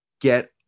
get